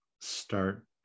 start